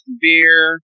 beer